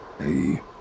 Hey